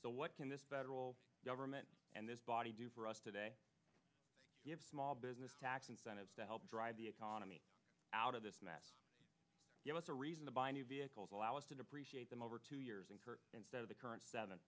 the what can this federal government and this body do for us today you have small business tax incentives to help drive the economy out of this mess give us a reason to buy new vehicles allow us to depreciate them over two years and her instead of the current se